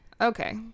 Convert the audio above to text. Okay